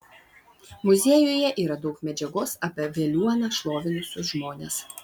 muziejuje yra daug medžiagos apie veliuoną šlovinusius žmones